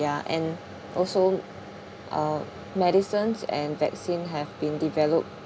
ya and also uh medicines and vaccine have been developed